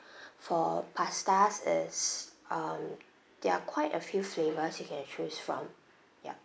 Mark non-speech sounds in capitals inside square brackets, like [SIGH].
[BREATH] for pastas it's um there are quite a few flavours you can choose from ya